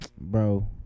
bro